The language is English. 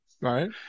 Right